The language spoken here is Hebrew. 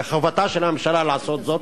וחובתה של הממשלה לעשות זאת.